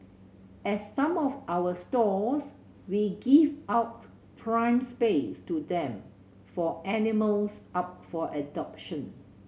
at some of our stores we give out prime space to them for animals up for adoption